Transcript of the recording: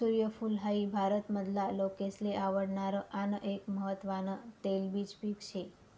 सूर्यफूल हाई भारत मधला लोकेसले आवडणार आन एक महत्वान तेलबिज पिक से